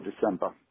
December